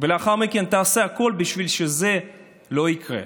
ולאחר מכן תעשה הכול בשביל שזה לא יקרה.